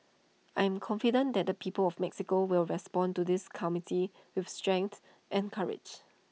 I am confident that the people of Mexico will respond to this community with strength and courage